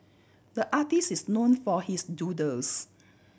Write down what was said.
the artist is known for his doodles